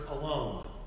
alone